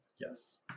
Yes